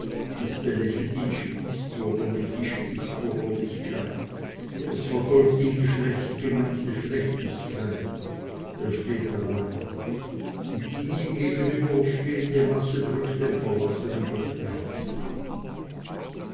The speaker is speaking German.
es belächelt ihn spießbürgerlich die spießbürgerlichkeit es verfolgt ihn die schlechtgenannte schlechtigkeit er steht allein und die ihm gegenüberstehende masse drückt dem verlassenen das herz ab